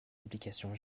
applications